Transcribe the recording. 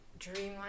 Dreamland